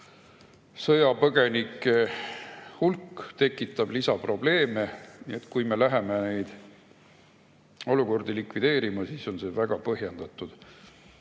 sõjapõgenike hulk tekitab lisaprobleeme. Nii et kui me läheme neid olukordi likvideerima, siis on see väga põhjendatud.